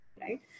right